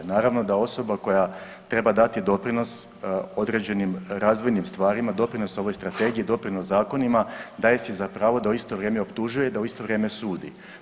Naravno da osoba koja treba dati doprinos određenim razvojnim stvarima, doprinos ovoj Strategiji, doprinos zakonima, daje si za pravo da u isto vrijeme optužuje, da u isto vrijeme sudi.